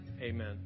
Amen